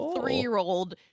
three-year-old